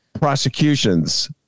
prosecutions